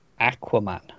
Aquaman